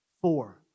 Four